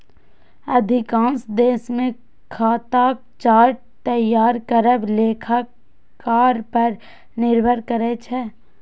अधिकांश देश मे खाताक चार्ट तैयार करब लेखाकार पर निर्भर करै छै